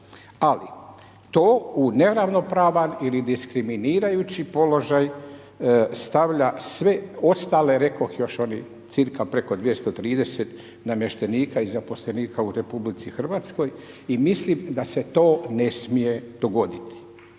Ali, to u neravnopravan ili diskriminirajući položaj stavlja sve ostale rekoh još onih cca preko 230 namještenika i zaposlenika u RH i mislim da se to ne smije dogoditi.